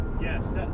yes